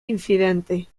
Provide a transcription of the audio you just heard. incidente